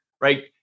right